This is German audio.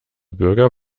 bürger